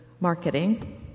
marketing